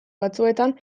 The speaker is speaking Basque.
batzuetan